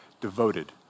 devoted